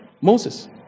Moses